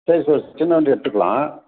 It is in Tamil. சரி சார் சின்ன வண்டி எடுத்துக்கலாம்